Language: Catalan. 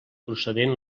procedent